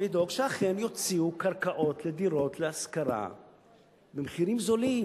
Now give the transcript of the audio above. לדאוג שאכן יוציאו קרקעות לדירות להשכרה במחירים זולים.